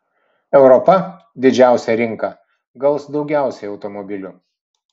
europa didžiausia rinka gaus daugiausiai automobilių